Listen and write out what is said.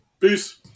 Peace